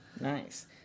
Nice